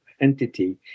Entity